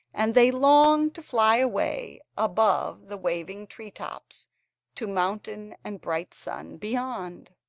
and they longed to fly away above the waving tree-tops to mountain and bright sun beyond.